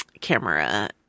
camera